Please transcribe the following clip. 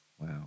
Wow